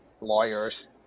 lawyers